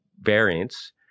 variants